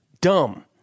dumb